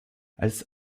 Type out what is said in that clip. als